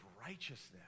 righteousness